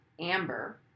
Amber